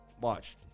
watch